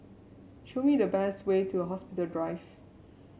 show me the best way to Hospital Drive